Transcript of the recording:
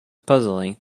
puzzling